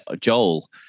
joel